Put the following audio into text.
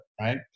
right